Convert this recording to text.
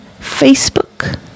Facebook